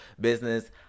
business